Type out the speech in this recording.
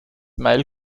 mile